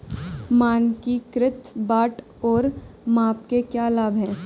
मानकीकृत बाट और माप के क्या लाभ हैं?